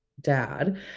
dad